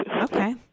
Okay